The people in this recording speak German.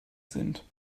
sind